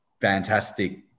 fantastic